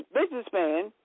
businessman